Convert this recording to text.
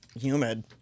humid